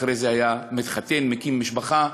אחרי זה היה מתחתן, מקים משפחה,